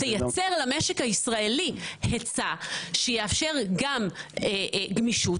תייצר למשק הישראלי היצע שיאפשר גם גמישות